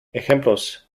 ejemplos